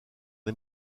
les